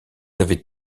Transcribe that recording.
avez